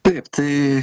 taip tai